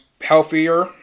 healthier